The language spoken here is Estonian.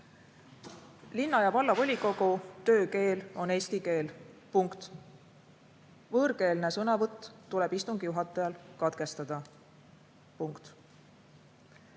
Linna- ja vallavolikogu töökeel on eesti keel. Punkt. Võõrkeelne sõnavõtt tuleb istungi juhatajal katkestada.